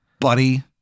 buddy